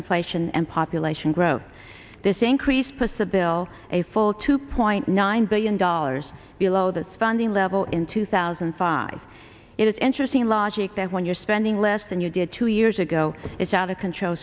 inflation and population growth this increase possibile a full two point nine billion dollars below that funding level in two thousand and five it is interesting logic that when you're spending less than you did two years ago it's out of control